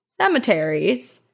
cemeteries